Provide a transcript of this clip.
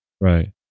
Right